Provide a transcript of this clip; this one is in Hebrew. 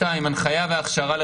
הנחיה והכשרה,